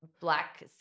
black